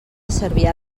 cervià